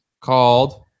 called